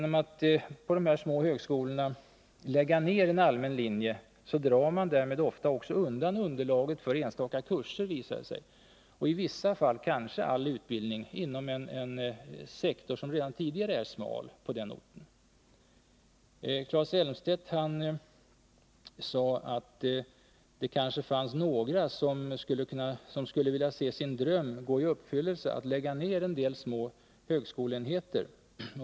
Om man på de små högskolorna lägger ned en allmän linje drar man ofta också undan underlaget för enstaka kurser, visar det sig, och i vissa fall kanske all utbildning inom en sektor som redan tidigare är smal på den orten. Claes Elmstedt sade att det kanske finns några som skulle vilja se sin dröm gå i uppfyllelse om att lägga ned en del små högskoleenheter.